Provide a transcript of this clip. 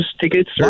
tickets